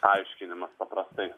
aiškinimas paprastai